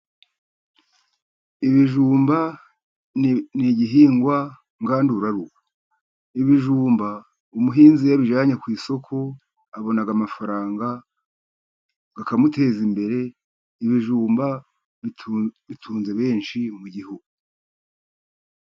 Ibijumba ni igihingwa ngandurarugo. Ibijumba umuhinzi iyo abijyanye ku isoko, abona amafaranga akamuteza imbere, ibijumba bitunze benshi mu gihugu.